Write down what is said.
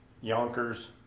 Yonkers